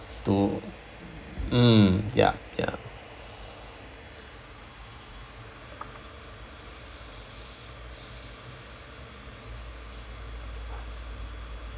to mm ya ya